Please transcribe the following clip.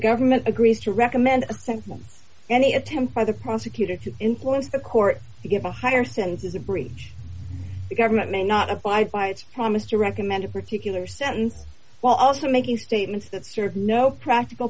government agrees to recommend a sentence any attempt by the prosecutor to influence the court to give a higher standard is a breach the government may not abide by its promise to recommend a particular sentence while also making statements that sort of no practical